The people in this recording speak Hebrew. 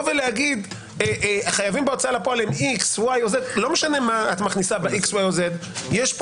להגיד החייבים בהוצאה לפועל הם X או Y או Z יש פה